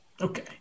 Okay